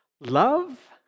Love